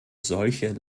solche